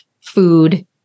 food